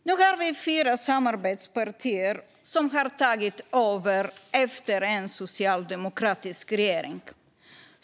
Nu har vi fyra samarbetspartier som har tagit över efter en socialdemokratisk regering.